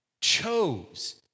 chose